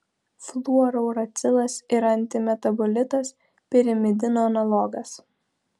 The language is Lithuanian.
fluorouracilas yra antimetabolitas pirimidino analogas